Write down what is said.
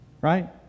right